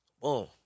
Boom